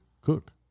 cook